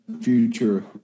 future